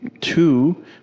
Two